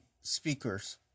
speakers